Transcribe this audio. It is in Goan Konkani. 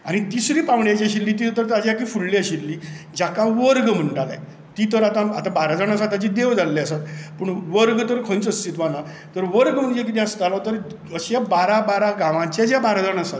आनी तिसरी पांवणी जी आशिल्ली ती तेच्याकूय फुडली आशिल्ली जेका वर्ग म्हणटाले ती तर आतां आतां बाराजण आसा ताची देव जाल्ले आसा पूण वर्ग तर खंयच अस्तित्वान ना तर वर्ग म्हणजे कितें आसतालो अशे बारा बारा गांवांचे जे बाराजाण आसात